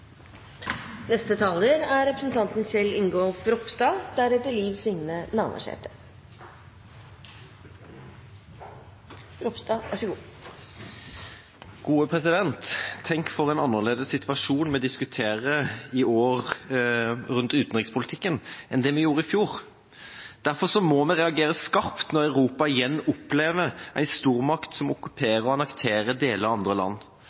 Tenk for en annerledes situasjon vi diskuterer i år rundt utenrikspolitikken enn det vi gjorde i fjor! Derfor må vi reagere skarpt når Europa igjen opplever en stormakt som okkuperer og annekterer deler av andre land.